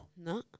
No